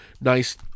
nice